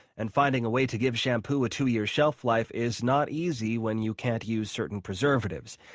and finding a way to give shampoo a two year shelf life is not easy when you can't use certain preservatives.